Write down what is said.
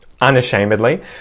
unashamedly